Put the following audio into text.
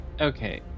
Okay